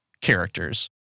characters